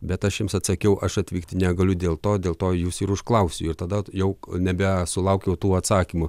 bet aš jiems atsakiau aš atvykti negaliu dėl to dėl to jus ir užklausiu ir tada jau nebe sulaukiau tų atsakymų